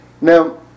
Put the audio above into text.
Now